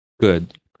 good